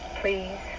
please